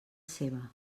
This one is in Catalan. seva